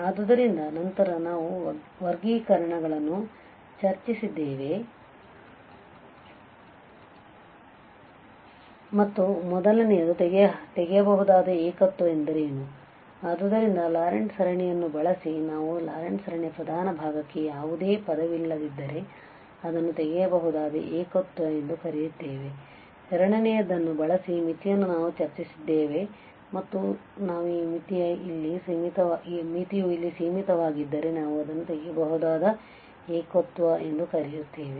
ಆದ್ದರಿಂದ ನಂತರ ನಾವು ವರ್ಗೀಕರಣವನ್ನು ಚರ್ಚಿಸಿದ್ದೇವೆ ಮತ್ತು ಮೊದಲನೆಯದು ತೆಗೆಯಬಹುದಾದ ಏಕತ್ವ ಎಂದರೇನು ಆದ್ದರಿಂದ ಲಾರೆಂಟ್ ಸರಣಿಯನ್ನು ಬಳಸಿ ನಾವು ಲಾರೆಂಟ್ ಸರಣಿಯ ಪ್ರಧಾನ ಭಾಗಕ್ಕೆ ಯಾವುದೇ ಪದವಿಲ್ಲದಿದ್ದರೆ ನಾವು ಅದನ್ನು ತೆಗೆಯಬಹುದಾದ ಏಕತ್ವ ಎಂದು ಕರೆಯುತ್ತೇವೆ ಎರಡನೆಯದನ್ನು ಬಳಸಿ ಮಿತಿಯನ್ನು ನಾವು ಚರ್ಚಿಸಿದ್ದೇವೆ ಮತ್ತು ನಾವು ಈ ಮಿತಿಯು ಇಲ್ಲಿ ಸೀಮಿತವಾಗಿದ್ದರೆ ನಾವು ಅದನ್ನು ತೆಗೆಯಬಹುದಾದ ಏಕತ್ವ ಎಂದು ಕರೆಯುತ್ತೇವೆ